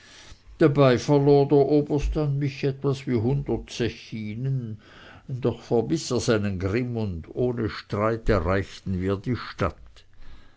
dabei verlor der oberst an mich etwas wie hundert zechinen doch verbiß er seinen grimm und ohne streit erreichten wir die stadt